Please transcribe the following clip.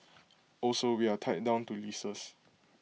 also we are tied down to leases